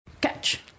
Catch